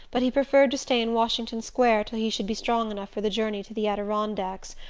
but he preferred to stay in washington square till he should be strong enough for the journey to the adirondacks,